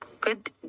Good